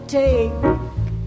take